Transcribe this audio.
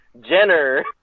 Jenner